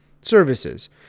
services